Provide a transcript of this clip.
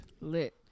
Lit